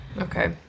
Okay